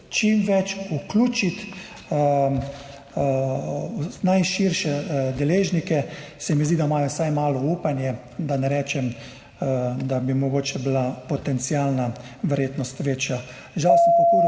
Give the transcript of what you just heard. čim bolj vključiti najširše deležnike, se mi zdi, da pa imajo vsaj malo upanje, da ne rečem, da bi mogoče bila potencialna verjetnost večja. Žal sem pokuril